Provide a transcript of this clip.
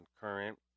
current